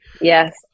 Yes